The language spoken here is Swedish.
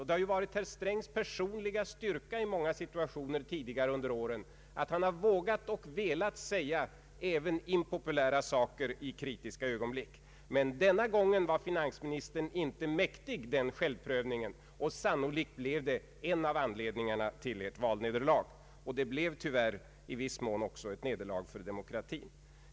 Det har ju i många situationer tidigare under åren varit herr Strängs personliga styrka att han har vågat och velat säga även impopulära saker i kritiska ögonblick. Men denna gång var finansministern inte mäktig den självprövningen, och sannolikt blev det en av anledningarna till ert valnederlag. Det blev tyvärr i viss mån också ett nederlag för demokratin.